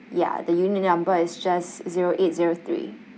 ya the unit number is just zero eight zero three